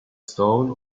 stone